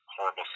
horrible